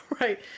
right